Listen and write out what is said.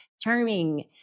Charming